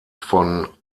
von